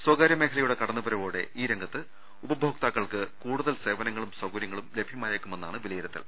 സ്വകാര്യ മേഖലയുടെ കടന്നുവരവോടെ ഈ രംഗത്ത് ഉപഭോക്താ ക്കൾക്ക് കൂടുതൽ സേവനങ്ങളും സൌകര്യങ്ങളും ലഭ്യമായേക്കുമെ ന്നാണ് വിലയിരുത്തൽ